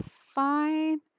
fine